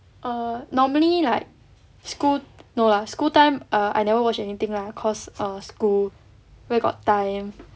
err normally like school no lah school time err I never watch anything lah cause err school where got time